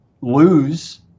lose